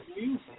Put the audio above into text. music